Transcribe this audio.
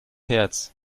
herz